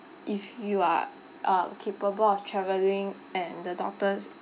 if you are uh capable of travelling and the doctors